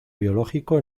biológico